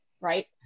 right